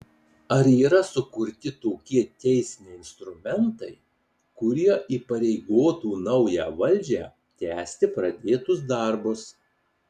ar yra sukurti tokie teisiniai instrumentai kurie įpareigotų naują valdžią tęsti pradėtus darbus